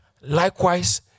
Likewise